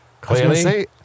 Clearly